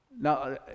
Now